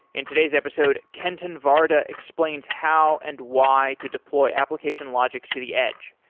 in today's episode, kenton varda explains how and why to deploy application logic to the edge.